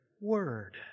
Word